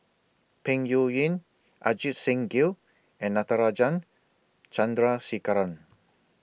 Peng Yuyun Ajit Singh Gill and Natarajan Chandrasekaran